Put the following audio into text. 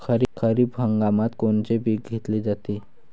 खरिप हंगामात कोनचे पिकं घेतले जाते?